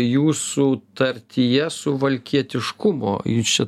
jūsų tartyje suvalkietiškumo jūs čia